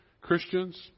Christians